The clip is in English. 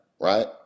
right